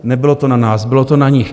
Nebylo to na nás, bylo to na nich.